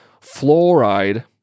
fluoride